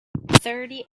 thirty